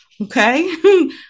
okay